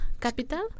capital